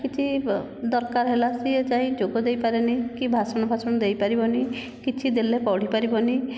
କିଛି ଦରକାର ହେଲା ସିଏ ଯାଇ ଯୋଗ ଦେଇ ପରେନି କି ଭାଷଣ ଫାସଣ ଦେଇପାରିବନି କିଛି ଦେଲେ ପଢ଼ି ପାରିବିନି